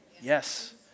Yes